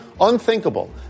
unthinkable